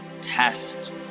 test